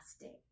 day